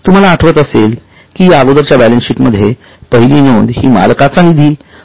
तुम्हालाआठवतअसेल कि या अगोदरच्या बॅलन्सशीट मध्ये पहिली नोंद हि मालकाचा निधी म्हणून केली होती